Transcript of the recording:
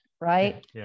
right